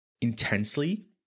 intensely